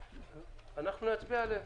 אנחנו נצביע עליהן.